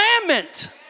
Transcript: commandment